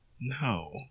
No